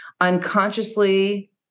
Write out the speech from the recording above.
unconsciously